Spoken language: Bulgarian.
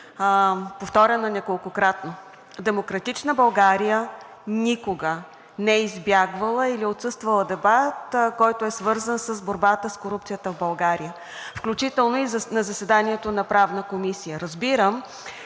повторено неколкократно. „Демократична България“ никога не е избягвала или отсъствала от дебат, който е свързан с борбата с корупцията в България, включително и на заседанието на Правната комисия. Разбирам,